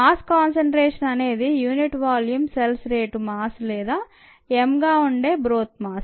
mass concentration అనేది unit volume రెట్లు cell mass లేదా m గా ఉండే బ్రోత్ మాస్